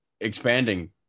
expanding